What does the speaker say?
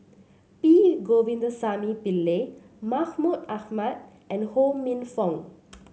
P Govindasamy Pillai Mahmud Ahmad and Ho Minfong